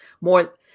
more